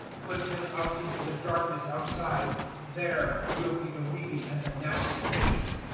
put him out into the darkness outside there will be the weeping and the gnashing of teeth